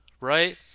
Right